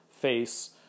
face